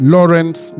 Lawrence